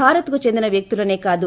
భారత్కు చెందిన వ్యక్తులనే కాదు